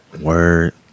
Word